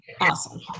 Awesome